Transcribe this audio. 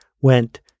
went